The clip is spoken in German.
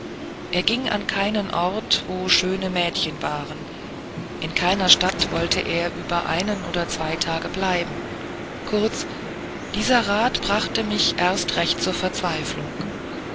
er ging an keinen ort wo schöne mädchen waren in keiner stadt wollte er über einen oder zwei tage bleiben kurz dieser rat brachte mich erst recht zur verzweiflung